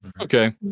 okay